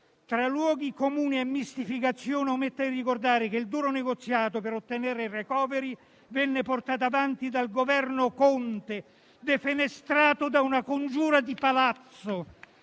Tra luoghi comuni e mistificazione, omettete di ricordare che il duro negoziato per ottenere il *recovery* *fund* venne portato avanti dal Governo Conte, defenestrato da una congiura di Palazzo;